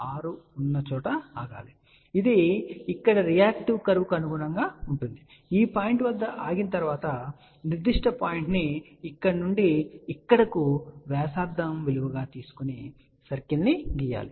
6 ఉన్న చోట ఆగండి ఇది ఇక్కడ రియాక్టివ్ కర్వ్కు అనుగుణంగా ఉంటుంది ఈ పాయింట్ వద్ద ఆగిన తరువాత మీరు ఈ నిర్దిష్ట పాయింట్ ను ఇక్కడ నుండి ఇక్కడికి వ్యాసార్థం విలువగా తీసుకొని సర్కిల్ను గీయండి